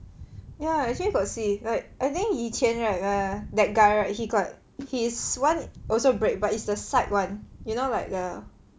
ya actually got see like I think 以前 right err that guy right he got his [one] also break but it's the side [one] you know like the